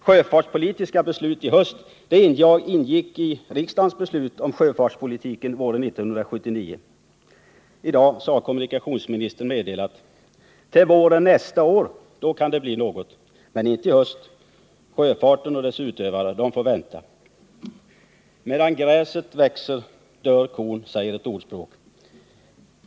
Sjöfartspolitiska beslut i höst ingick i riksdagens beslut om sjöfartspolitiken våren 1979. I dag har kommunikationsministern meddelat: Till våren nästa år kan det bli något, men inte i höst. Sjöfarten och dess utövare får vänta. Medan gräset växer dör kon, säger ett ordspråk.